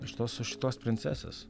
iš tos sušiktos princesės